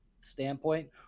standpoint